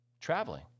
traveling